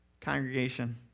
congregation